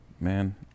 Man